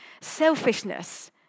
selfishness